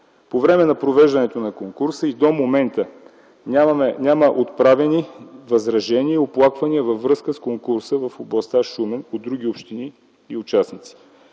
По време на провеждането на конкурса и до момента няма отправени възражения и оплаквания във връзка с конкурса в областта Шумен и в други общини участници.